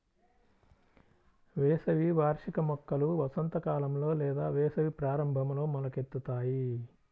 వేసవి వార్షిక మొక్కలు వసంతకాలంలో లేదా వేసవి ప్రారంభంలో మొలకెత్తుతాయి